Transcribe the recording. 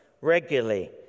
regularly